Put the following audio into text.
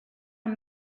amb